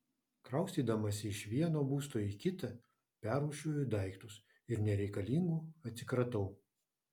kraustydamasi iš vieno būsto į kitą perrūšiuoju daiktus ir nereikalingų atsikratau